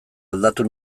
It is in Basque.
aldatu